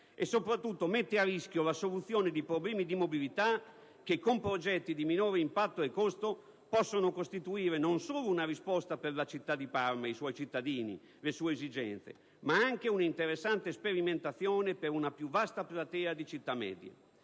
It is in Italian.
e, soprattutto, mette a rischio la soluzione di problemi di mobilità rispetto ai quali progetti di minore impatto e minore costo possono costituire non solo una risposta per la città di Parma e per i suoi cittadini e le loro esigenze, ma anche una interessante sperimentazione per una più vasta platea di città medie.